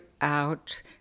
out